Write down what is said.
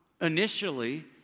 initially